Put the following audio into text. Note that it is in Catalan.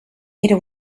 era